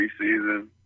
preseason